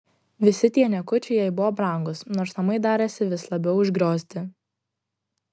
visi tie niekučiai jai buvo brangūs nors namai darėsi vis labiau užgriozti